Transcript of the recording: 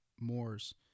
Moors